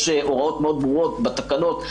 יש הוראות מאוד ברורות בתקנות.